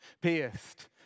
pierced